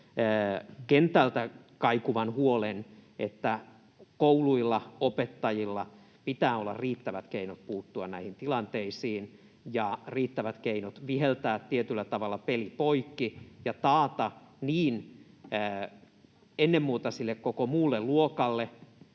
kentältä kaikuvan huolen, että kouluilla, opettajilla pitää olla riittävät keinot puuttua näihin tilanteisiin ja riittävät keinot viheltää tietyllä tavalla peli poikki ja taata niin ennen muuta sille koko muulle luokalle